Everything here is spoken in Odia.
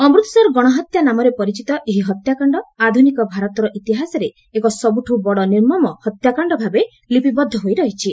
ଅମୃତସର ଗଣହତ୍ୟା ନାମରେ ପରିଚିତ ଏହି ହତ୍ୟାକାଣ୍ଡ ଆଧୁନିକ ଭାରତର ଇତିହାସରେ ଏକ ସବୁଠୁ ବଡ ନିର୍ମମ ହତ୍ୟାକାଣ୍ଡ ଭାବେ ଲିପିବଦ୍ଧ ହୋଇ ରହିଛି